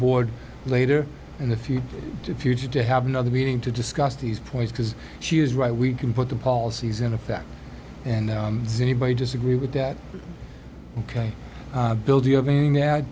board later in the future to future to have another meeting to discuss these points because she is right we can put the policies in effect and anybody disagree with that ok bill do you have any now